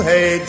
Hey